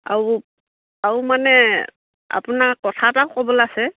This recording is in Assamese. আও আও মানে আপোনাক কথা এটা ক'বলৈ আছে